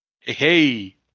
Hey